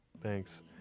Thanks